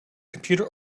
computer